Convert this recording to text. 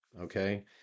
Okay